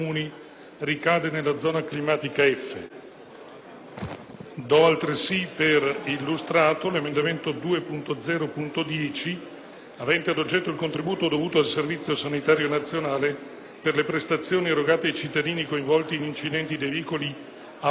Do altresì per illustrato l'emendamento 2.0.10, avente ad oggetto il contributo dovuto al Servizio sanitario nazionale per le prestazioni erogate ai cittadini coinvolti in incidenti di veicoli a motore o di natanti.